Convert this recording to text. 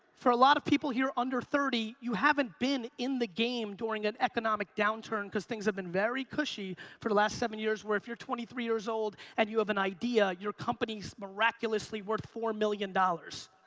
for a lot of people here under thirty, you haven't been in the game during an economic downturn cause things have been very cushy for the last seven years where if you're twenty three years old and you have an idea, you're company's miraculously worth four million dollars.